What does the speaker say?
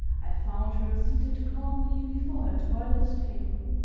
i found her seated calmly before her toilet-table,